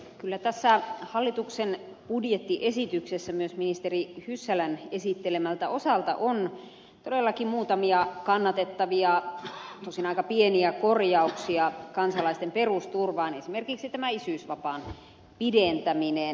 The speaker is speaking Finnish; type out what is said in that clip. kyllä tässä hallituksen budjettiesityksessä myös ministeri hyssälän esittelemältä osalta on todellakin muutamia kannatettavia tosin aika pieniä korjauksia kansalaisten perusturvaan esimerkiksi tämä isyysvapaan pidentäminen